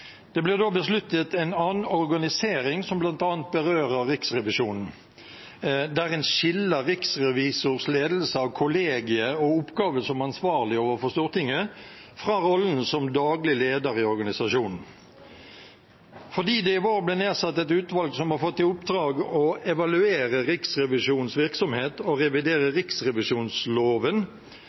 Det ble da besluttet en annen organisering, som bl.a. berører Riksrevisjonen, der en skiller riksrevisors ledelse av kollegiet og oppgaver som ansvarlig overfor Stortinget fra rollen som daglig leder i organisasjonen. Fordi det i vår ble nedsatt et utvalg som har fått i oppdrag å evaluere Riksrevisjonens virksomhet og revidere riksrevisjonsloven,